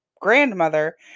grandmother